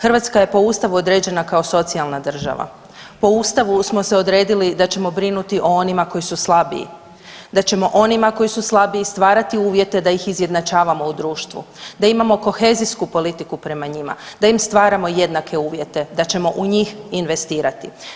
Hrvatska je po Ustavu određena kao socijalna država, po Ustavu smo se odredili da ćemo brinuti o onima koji su slabiji, da ćemo onima koji su slabiji stvarati uvjete da ih izjednačavamo u društvu, da imamo kohezijsku politiku prema njima, da im stvaramo jednake uvjete, da ćemo u njih investirati.